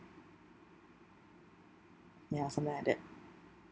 ya something like that